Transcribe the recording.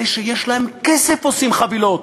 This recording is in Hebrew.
אלה שיש להם כסף עושים חבילות,